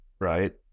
right